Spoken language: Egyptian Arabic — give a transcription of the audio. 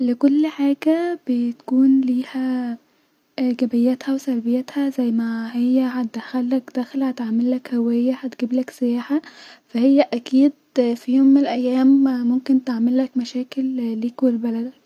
لكل حاجه- بيكون ليها-ايجابيتها وسلبيتها زي- ما هي هتدخلك دخلك هتعملك هويه هتدخلك سياحه -فا هي اكيد في يوم من الايام ممكن تعملك مشاكل ليك ولبلدك